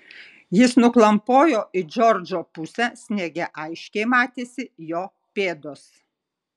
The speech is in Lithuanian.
jis nuklampojo į džordžo pusę sniege aiškiai matėsi jo pėdos